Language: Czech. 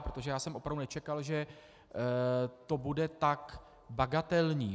Protože já jsem opravdu nečekal, že to bude tak bagatelní.